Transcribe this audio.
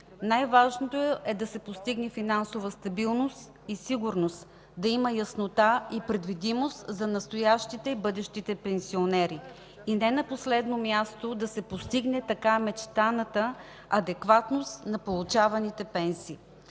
Най-важното е да се постигне финансова стабилност и сигурност, да има яснота и предвидимост за настоящите и бъдещите пенсионери. И не на последно място да се постигне така мечтаната адекватност на получаваните пенсии.